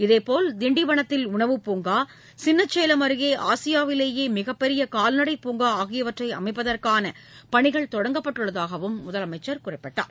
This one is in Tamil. இதேபோல திண்டிவனத்தில் உணவு பூங்கா சின்னசேலம் அருகே ஆசியாவிலேயே மிகப்பெரிய கால்நடை பூங்கா ஆகியவற்றை அமைப்பதற்கான பணிகள் தொடங்கியுள்ளதாக அவர் கூறினார்